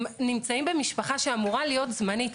הם נמצאים במשפחה שאמורה להיות זמנית.